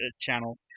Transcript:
channel